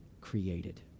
created